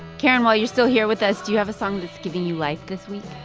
karen, while you're still here with us, do you have a song that's giving you life this week?